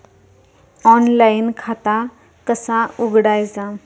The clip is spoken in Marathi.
ऑनलाइन खाता कसा उघडायचा?